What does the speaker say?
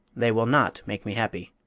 they will not make me happy.